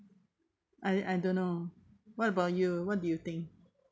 I I don't know what about you what do you think